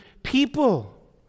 People